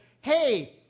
Hey